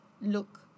look